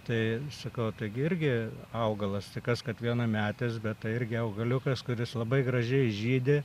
tai sakau taigi irgi augalas tai kas kad vienametis bet tai irgi augaliukas kuris labai gražiai žydi